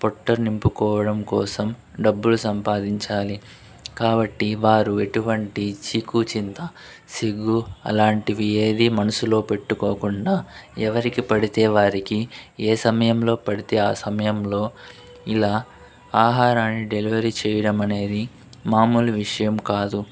పొట్ట నింపుకోవడం కోసం డబ్బులు సంపాదించాలి కాబట్టి వారు ఎటువంటి చీకుచింత సిగ్గు అలాంటివి ఏది మనసులో పెట్టుకోకుండా ఎవరికి పడితే వారికి ఏ సమయంలో పడితే ఆ సమయంలో ఇలా ఆహారాన్ని డెలివరీ చేయడం అనేది మామూలు విషయం కాదు